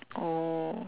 oh